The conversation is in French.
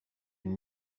une